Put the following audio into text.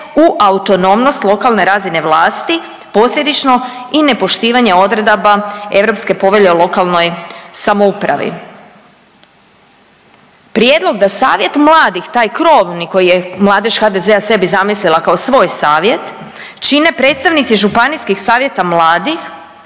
u autonomnost lokalne razine vlasti, posljedično i nepoštivanje odredaba Europske povelje o lokalne samoupravi. Prijedlog da Savjet mladih, taj krovni koji je Mladež HDZ-a sebi zamislila kao svoj savjet, čine predstavnici županijskih savjeta mladih,